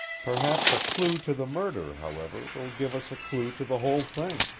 perhaps a clew to the murder, however, will give us a clew to the whole thing,